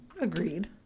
Agreed